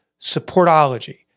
Supportology